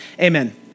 Amen